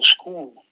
school